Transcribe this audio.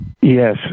Yes